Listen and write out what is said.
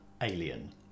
alien